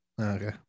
Okay